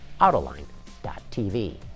Autoline.tv